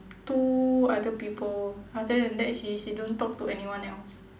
two other people other than that she she don't talk to anyone else